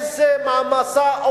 איזו מעמסה,